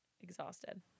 exhausted